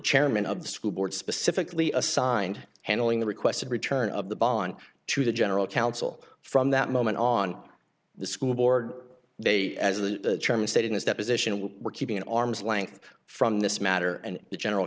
chairman of the school board specifically assigned handling the requested return of the ball on to the general counsel from that moment on the school board they as the chairman said in his deposition we were keeping an arm's length from this matter and the general